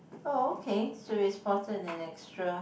oh okay so its faulted an extra